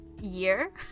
year